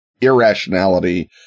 irrationality